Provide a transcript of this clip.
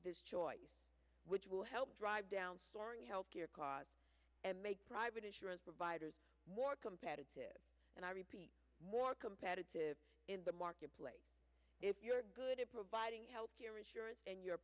this choice which will help drive down story health care cause and make private insurance providers more competitive and i repeat more competitive in the marketplace if you're good at providing health care insurance in your